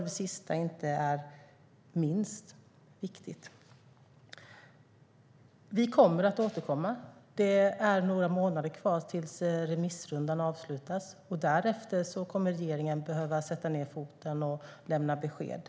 Det sistnämnda är inte minst viktigt.